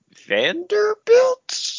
Vanderbilt